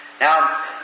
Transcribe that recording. Now